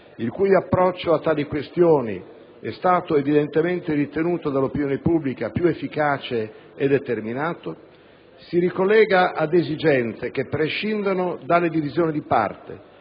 il cui approccio a tali questioni è stato evidentemente ritenuto dall'opinione pubblica più efficace e determinato - si ricollega ad esigenze che prescindono dalle divisioni di parte,